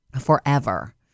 forever